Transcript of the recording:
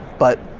but,